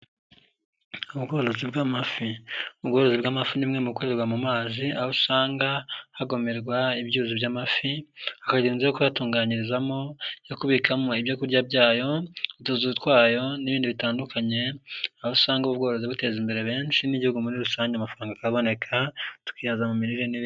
Ubworozi bw'amafi. Ubworozi bw'amafu ni imwe mu bikorerwa mu mazi, aho usanga hagomerwa ibyuzi by'amafi, tukoza inzu yo kuyatunganyirizamo no kubikamo ibyo kurya byayo, utuzu twayo n'ibindi bitandukanye, aho usanga ubworozi buteza imbere benshi n'igihugu muri rusange amafaranga akaboneka, tukihaza mu mirire n'ibindi.